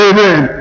Amen